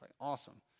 awesome